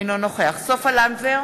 אינו נוכח סופה לנדבר,